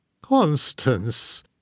Constance